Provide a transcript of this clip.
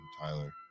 Tyler